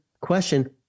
question –